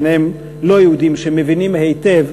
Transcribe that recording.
ביניהם לא-יהודים שמבינים היטב.